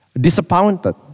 Disappointed